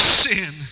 sin